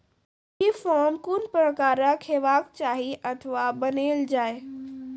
मुर्गा फार्म कून प्रकारक हेवाक चाही अथवा बनेल जाये?